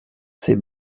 ces